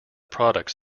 products